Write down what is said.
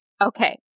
Okay